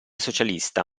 socialista